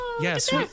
Yes